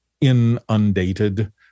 inundated